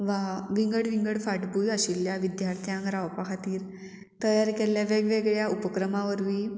वा विंगड विंगड फांटबूंय आशिल्ल्या विद्यार्थ्यांक रावपा खातीर तयार केल्ल्या वेगवेगळ्या उपक्रमा वरवीं